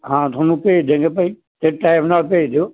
ਹਾਂ ਤੁਹਾਨੂੰ ਭੇਜ ਦਿਆਂਗੇ ਭਾਈ ਅਤੇ ਟਾਈਮ ਨਾਲ ਭੇਜ ਦਿਓ